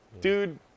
dude